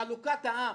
חלוקת העם.